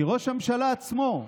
כי ראש הממשלה עצמו,